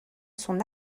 son